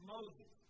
Moses